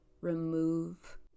remove